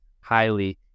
highly